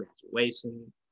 graduation